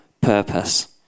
purpose